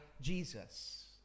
Jesus